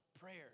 prayers